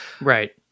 right